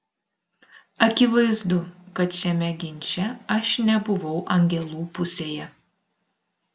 akivaizdu kad šiame ginče aš nebuvau angelų pusėje